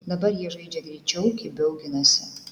dabar jie žaidžia greičiau kibiau ginasi